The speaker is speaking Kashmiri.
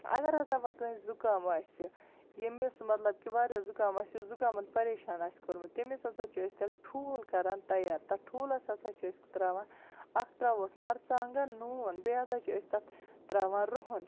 اَگَر ہَسا وَ کٲنٛسہِ زُکام آسہِ ییٚمِس مَطلَب کہِ واریاہ زُکام آسہِ یُس زَن زُکامَن پریشان آسہِ کوٚرمُت تٔمِس ہَسا چھِ تیٚلہِ أسۍ ٹھوٗل کَران تَیار تَتھ ٹھوٗلَس ہَسا چھِ أسۍ تراوان اکھ تراوہس مَرژٕوانٛگَن نوٗن بیٚیہِ ہَسا چھِ أسۍ تتھ تراوان رۄہَن